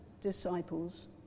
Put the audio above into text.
disciples